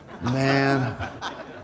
Man